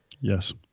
Yes